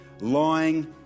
lying